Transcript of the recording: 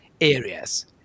areas